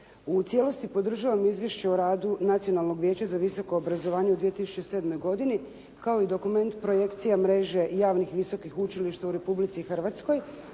U cijelosti podržavam Izvješće o radu Nacionalnog vijeća za visoko obrazovanje u 2007. godini, kao i dokument Projekcija mreže javnih visokih učilišta u Republici Hrvatskoj